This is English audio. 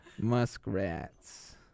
muskrats